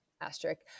asterisk